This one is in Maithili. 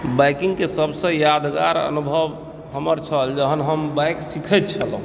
बाइकिंगके सभसँ यादगार अनुभव हमर छल जहन हम बाइक सिखैत छलहुँ